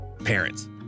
Parents